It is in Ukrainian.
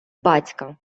батька